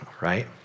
right